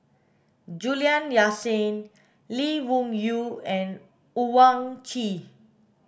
Juliana Yasin Lee Wung Yew and Owyang Chi